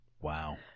Wow